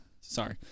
Sorry